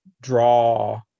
draw